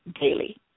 daily